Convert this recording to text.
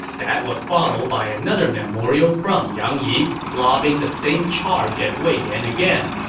that was followed by another memorial from yang yi, lobbing the same charge at wei yan again.